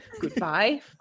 Goodbye